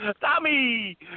Tommy